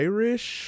Irish